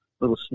little